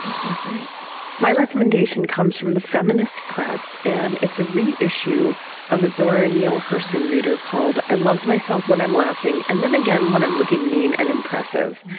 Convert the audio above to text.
and sounds great my recommendation comes from the feminist press and it's a reissue of a zora neale hurston reader called i loved myself when i'm laughing. and then again, when i'm looking mean and impressive.